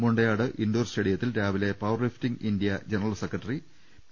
Mundayad indoor സ്റ്റേഡിയത്തിൽ രാവിലെ power lifting India general secretary P